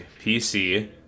PC